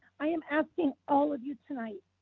i am asking all of you tonight,